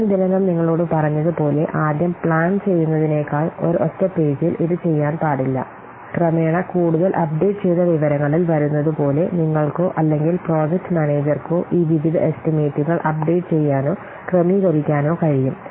ഞാൻ ഇതിനകം നിങ്ങളോട് പറഞ്ഞതുപോലെ ആദ്യം പ്ലാൻ ചെയ്യുന്നതിനേക്കാൾ ഒരൊറ്റ പേജിൽ ഇത് ചെയ്യാൻ പാടില്ല ക്രമേണ കൂടുതൽ അപ്ഡേറ്റ് ചെയ്ത വിവരങ്ങളിൽ വരുന്നതുപോലെ നിങ്ങൾക്കോ അല്ലെങ്കിൽ പ്രൊജക്റ്റ് മാനേജർക്കോ ഈ വിവിധ എസ്റ്റിമേറ്റുകൾ അപ്ഡേറ്റ് ചെയ്യാനോ ക്രമീകരിക്കാനോ കഴിയും